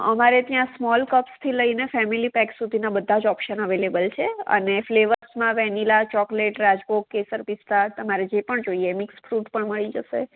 અમારે ત્યાં સ્મોલ કપ્સથી લઈને ફેમિલી પેક સુધીના બધાં જ ઓપ્શન અવેલેબલ છે અને ફ્લેવરસ માં વેનીલા ચોકલેટ રાજભોગ કેસર પિસ્તા તમારે જે પણ જોઈએ મીક્ષ ફ્રૂટ પણ મળી જશે